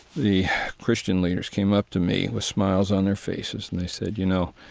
the christian leaders came up to me with smiles on their faces. and they said, you know,